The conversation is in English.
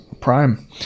prime